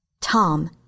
Tom